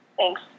Thanks